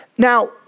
Now